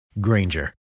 Granger